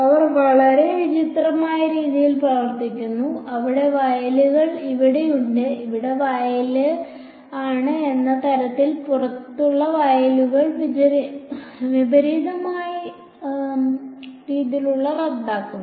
അവർ വളരെ വിചിത്രമായ രീതിയിൽ പ്രവർത്തിക്കുന്നു അവിടെ വയലുകൾ ഇവിടെയുണ്ട് ഇവിടെ വയലാണ് എന്ന തരത്തിൽ പുറത്തുള്ള വയലുകൾ വിചിത്രമായ രീതിയിൽ റദ്ദാക്കുന്നു